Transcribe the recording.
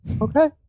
Okay